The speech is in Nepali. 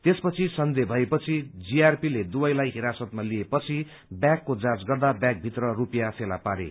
त्यसपछि सन्देह भएपछि जीआरपीले दुवैलाई हिरासतमा लिएपछि ब्यागको जाँच गर्दा ब्यागभित्र रुपियाँ फेला पारे